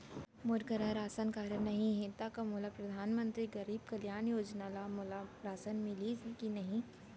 मोर करा ration card नहीं है त का मोल परधानमंतरी गरीब कल्याण योजना ल मोला राशन मिलही कि नहीं?